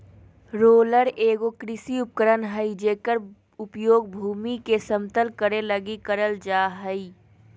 roller एगो कृषि उपकरण हइ जेकर उपयोग भूमि के समतल करे लगी करल जा हइ